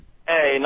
Hey